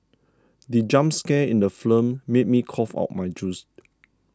the jump scare in the film made me cough out my juice